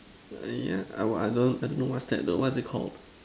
uh yeah I would I don't I don't know what's that though what is it called